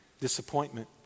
disappointment